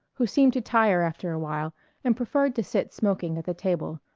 who seemed to tire after a while and preferred to sit smoking at the table,